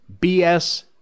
BS